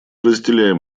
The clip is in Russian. разделяем